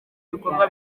bikorwa